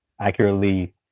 accurately